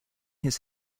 his